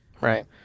right